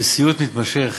בסיוט מתמשך,